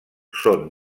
són